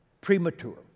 premature